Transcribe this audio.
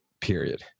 period